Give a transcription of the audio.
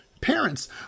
parents